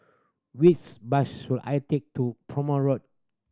which bus should I take to Prome Road